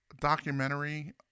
documentary